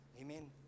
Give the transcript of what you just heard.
Amen